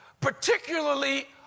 particularly